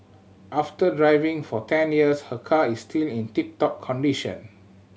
after driving for ten years her car is still in tip top condition